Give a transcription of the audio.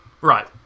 Right